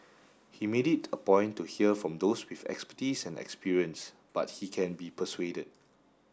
he made it a point to hear from those with expertise and experience but he can be persuaded